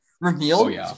revealed